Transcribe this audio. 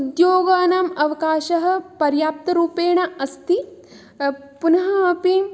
उद्योगानाम् अवकाशः पर्याप्तरूपेण अस्ति पुनः अपि